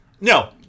No